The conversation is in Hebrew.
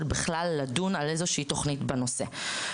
בכלל לדון על איזושהי תוכנית בנושא.